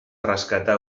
rescatar